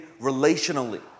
relationally